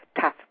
tough